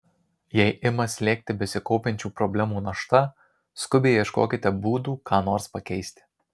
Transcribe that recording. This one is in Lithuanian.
jei ima slėgti besikaupiančių problemų našta skubiai ieškokite būdų ką nors pakeisti